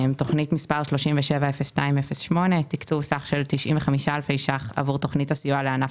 תכנית מס' 370208 - תקצוב סך של 95 אלפי ₪ עבור תכנית הסיוע לענף